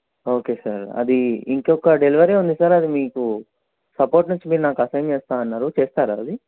okay sir అది ఇంకొక delivery ఉంది సార్ అది మీకు సపోర్ట్నెస్ మీరు నాకు అసైన్ చేస్తా అన్నారు చేస్తారా అది